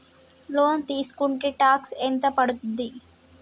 Loan తీస్కుంటే tax ఎంత పడ్తుంది?